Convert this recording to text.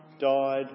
died